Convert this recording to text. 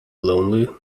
lonely